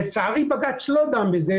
לצערי בג"צ לא דן בזה,